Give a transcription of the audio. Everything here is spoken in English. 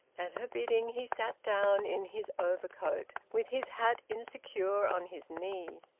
at her bidding he sat down, in his overcoat, with his hat insecure on his knee,